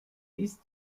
ist